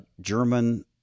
German